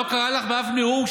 לא קרה לך באף נאום,